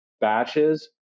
batches